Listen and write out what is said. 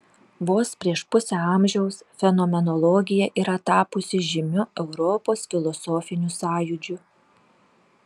vos prieš pusę amžiaus fenomenologija yra tapusi žymiu europos filosofiniu sąjūdžiu